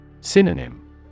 Synonym